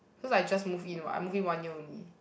because I just move in what I move in one year only